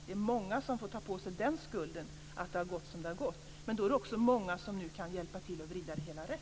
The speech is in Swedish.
Det är många som får ta på sig skulden för att det har gått som det har gått. Men det är också många som nu kan hjälpa till att vrida det hela rätt.